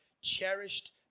cherished